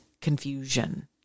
confusion